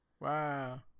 Wow